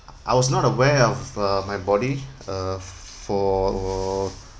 I was not aware of uh my body uh for